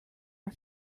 our